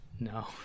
No